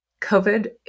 COVID